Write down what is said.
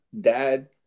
dad